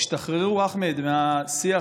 תשתחררו, אחמד, מהשיח